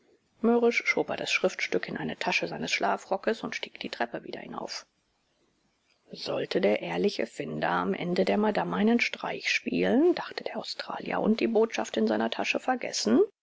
mürrisch schob er das schriftstück in eine tasche seines schlafrockes und stieg die treppe wieder hinauf sollte der ehrliche finder am ende der madame einen streich spielen dachte der australier und die botschaft in seiner tasche vergessen